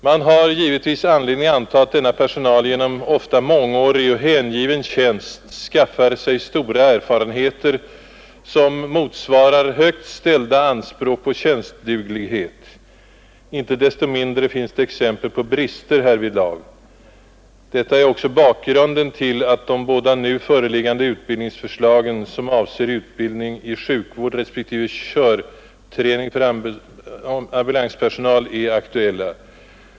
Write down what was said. Man har givetvis anledning anta att denna personal genom ofta mångårig och hängiven tjänst skaffar sig stora erfarenheter, som motsvarar högt ställda anspråk på tjänstduglighet. Inte desto mindre finns det exempel på brister härvidlag. Detta är också bakgrunden till att uppmärksamheten fästs på de båda nu föreliggande utbildningsförslagen, som avser utbildning i sjukvård respektive speciell körträning för ambulanspersonal.